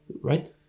right